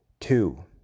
two